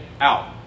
out